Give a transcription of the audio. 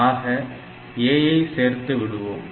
ஆக A ஐ சேர்த்து விடுவோம்